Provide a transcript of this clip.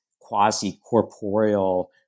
quasi-corporeal